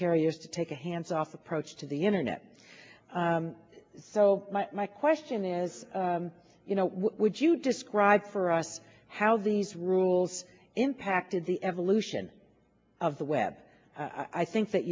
carriers to take a hands off approach to the internet so my question is you know would you describe for us how these rules impacted the evolution of the web i think that